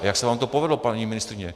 A jak se vám to povedlo, paní ministryně?